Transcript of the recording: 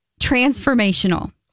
Transformational